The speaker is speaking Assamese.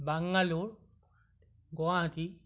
বাংগালোৰ গুৱাহাটী